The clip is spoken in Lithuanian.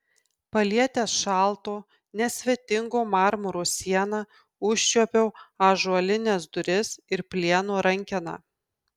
palietęs šalto nesvetingo marmuro sieną užčiuopiau ąžuolines duris ir plieno rankeną